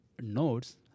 nodes